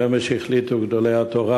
שאמש החליטו גדולי התורה